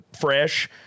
fresh